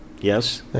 yes